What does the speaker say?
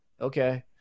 Okay